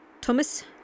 Thomas